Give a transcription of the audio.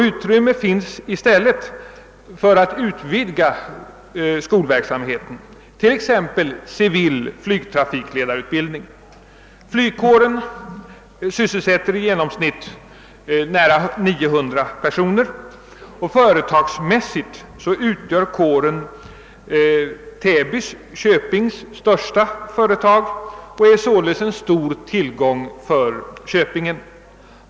Möjlighet finns där att utvidga skolverksamheten, t.ex. med civil flygtrafikledarutbildning. Flygkåren sysselsätter i genomsnitt nära 900 personer. Företagsmässigt utgör kåren Täby köpings största företag och är således en stor tillgång för köpingen.